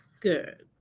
Good